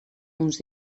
uns